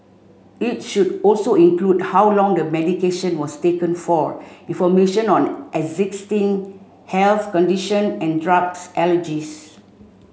it should also include how long the medication was taken for information on existing health condition and drugs allergies